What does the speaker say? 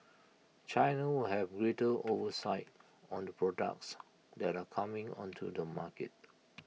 China will have greater oversight on the products that are coming onto the market